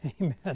Amen